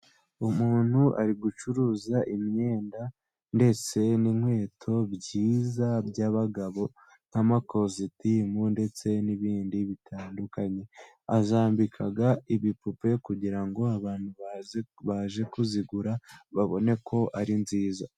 Umuntu ari gucuruza imyenda， ndetse n'inkweto byiza by’abagabo，nk’amakositimu， ndetse n'ibindi bitandukanye. Azambikaga ibipupe kugira ngo abantu baje kuzigura babone ko ari nziza.